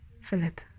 Philip